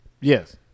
Yes